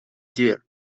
dear